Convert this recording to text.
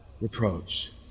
Reproach